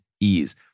ease